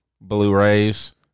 Blu-rays